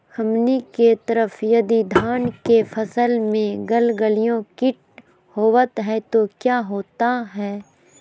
हमनी के तरह यदि धान के फसल में गलगलिया किट होबत है तो क्या होता ह?